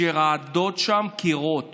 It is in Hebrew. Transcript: שרעדו שם הקירות